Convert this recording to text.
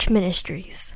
Ministries